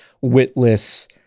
witless